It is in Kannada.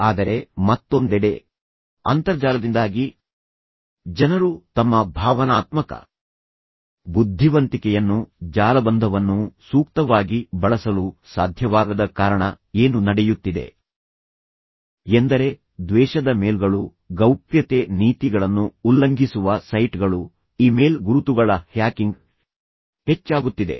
ಆದರೆ ಮತ್ತೊಂದೆಡೆ ಅಂತರ್ಜಾಲದಿಂದಾಗಿ ಜನರು ತಮ್ಮ ಭಾವನಾತ್ಮಕ ಬುದ್ಧಿವಂತಿಕೆಯನ್ನು ಜಾಲಬಂಧವನ್ನು ಸೂಕ್ತವಾಗಿ ಬಳಸಲು ಸಾಧ್ಯವಾಗದ ಕಾರಣ ಏನು ನಡೆಯುತ್ತಿದೆ ಎಂದರೆ ದ್ವೇಷದ ಮೇಲ್ಗಳು ಗೌಪ್ಯತೆ ನೀತಿಗಳನ್ನು ಉಲ್ಲಂಘಿಸುವ ಸೈಟ್ಗಳು ಇಮೇಲ್ ಗುರುತುಗಳ ಹ್ಯಾಕಿಂಗ್ ಹೆಚ್ಚಾಗುತ್ತಿದೆ